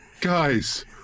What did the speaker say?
Guys